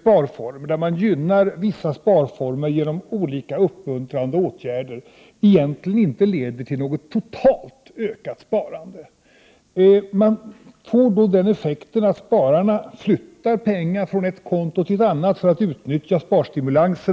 sparformer där man gynnar vissa sparformer genom olika uppmuntrande åtgärder egentligen inte leder till något totalt ökat sparande. Effekten blir att spararna flyttar pengar från ett konto till ett annat för att utnyttja sparstimulanser.